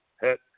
hit